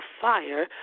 fire